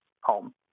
home